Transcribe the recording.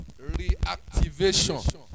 Reactivation